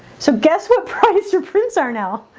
so guess what price your prints are now